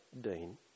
Dean